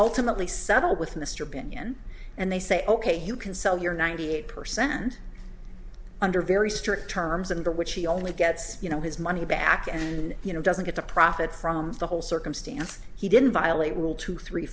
ultimately settle with mr opinion and they say ok you can sell your ninety eight percent under very strict terms and to which he only gets you know his money back and you know doesn't get a profit from the whole circumstance he didn't violate rule two three